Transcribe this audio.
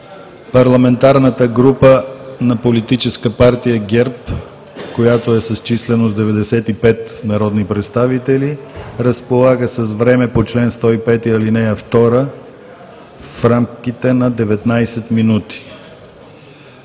Парламентарната група на Политическа партия ГЕРБ, която е с численост 95 народни представители, разполагат с време по чл. 105, ал. 2 в рамките на 19 минути;